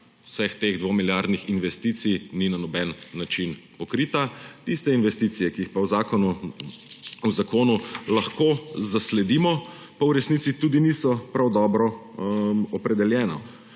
vseh teh dvomilijardnih investicij ni na noben način pokrita. Tiste investicije, ki jih pa v zakonu lahko zasledimo, pa v resnici tudi niso prav dobro opredeljena;